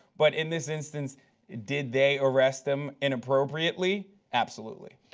but in this instance did they arrest him inappropriately? absolutely?